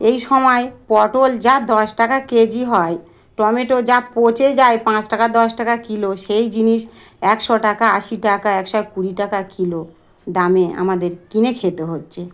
এই সময় পটল যা দশ টাকা কেজি হয় টমেটো যা পচে যায় পাঁচ টাকা দশ টাকা কিলো সেই জিনিস একশো টাকা আশি টাকা একশো কুড়ি টাকা কিলো দামে আমাদের কিনে খেতে হচ্ছে